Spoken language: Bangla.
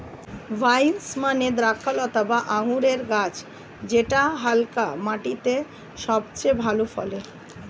ভাইন্স মানে দ্রক্ষলতা বা আঙুরের গাছ যেটা হালকা মাটিতে সবচেয়ে ভালো ফলে